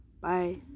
bye